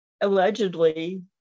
allegedly